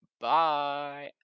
Bye